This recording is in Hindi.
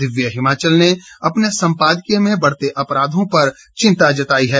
दिव्य हिमाचल ने अपने संपादकीय में बढ़ते अपराधों पर चिंता जताई है